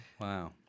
Wow